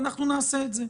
ואנחנו נעשה את זה.